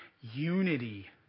Unity